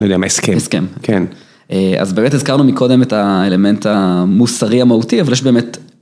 הסכם. אז באמת הזכרנו מקודם את האלמנט המוסרי המהותי אבל יש באמת.